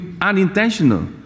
unintentional